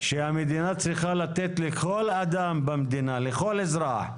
שהמדינה צריכה לתת לכל אדם במדינה, לכל אזרח,